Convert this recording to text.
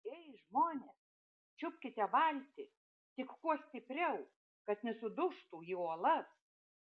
ei žmonės čiupkite valtį tik kuo stipriau kad nesudužtų į uolas